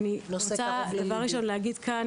אני רוצה דבר ראשון להגיד כאן,